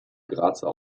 grazer